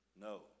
No